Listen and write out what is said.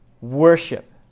worship